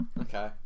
Okay